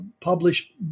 published